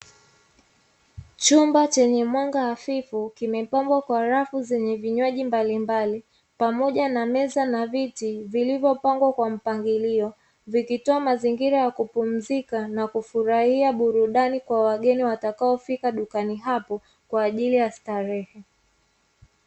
Chumba chenye mwanga afifu kimepambwa na rafu zenye vinywaji mbalimbali pamoja na meza na viti vilivyopangwa kwa moangilio vikitoa mazingira ya kumpunzika, na kufurahia burudani kwa wateja watakaofika dukani hapo kwaajili ya starehe.